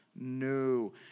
no